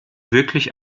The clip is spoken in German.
wirklich